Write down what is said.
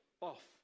off